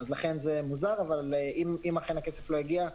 לכן זה מוזר אבל אם אכן הכסף לא הגיע,